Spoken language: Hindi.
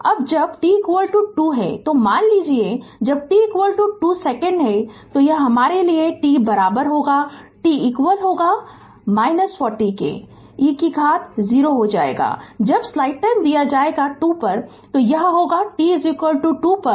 अब जब t 2 हो तो मान लीजिए जब t 2 सेकंड तो यह हमारा t बराबर होगा 2 यह होगा - 40 क्योंकि e कि घात 0 हो जाएगा जब स्लाइड टाइम दिया जायेगा 2 यह होगा t २ पर 40 माइक्रोएम्पियर